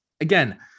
again